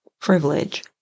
privilege